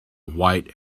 white